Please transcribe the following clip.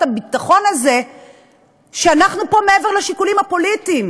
הביטחון הזה שאנחנו פה מעבר לשיקולים הפוליטיים,